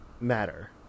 matter